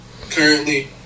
Currently